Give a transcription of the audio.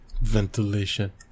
Ventilation